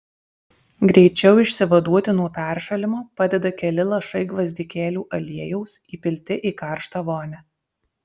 greičiau išsivaduoti nuo peršalimo padeda keli lašai gvazdikėlių aliejaus įpilti į karštą vonią